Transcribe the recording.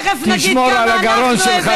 תשמור על הגרון שלך,